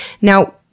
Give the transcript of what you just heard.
Now